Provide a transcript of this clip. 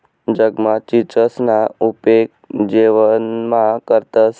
जगमा चीचसना उपेग जेवणमा करतंस